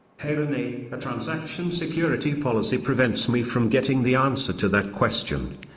hair, any ah transaction security policy prevents me from getting the answer to that question.